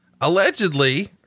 allegedly